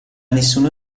nessuno